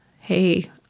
Hey